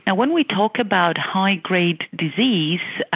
and when we talk about high-grade disease,